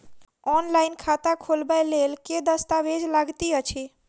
Online खाता खोलबय लेल केँ दस्तावेज लागति अछि?